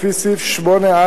לפי סעיף 8א(ב)